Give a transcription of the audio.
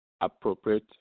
appropriate